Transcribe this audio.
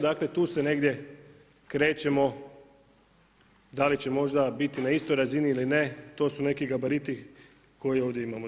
Dakle tu se negdje krećemo, da li će možda biti na istoj razini ili ne, to su neki gabariti koji ovdje imamo.